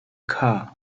car